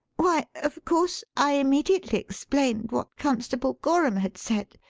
why, of course i immediately explained what constable gorham had said,